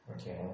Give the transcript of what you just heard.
Okay